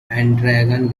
androgen